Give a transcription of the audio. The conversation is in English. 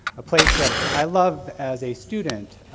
a place that i love as a student,